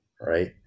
right